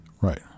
Right